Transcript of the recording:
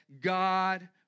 God